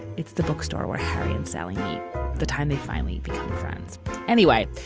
it's the bookstore where harry and sally the time they finally became friends anyway.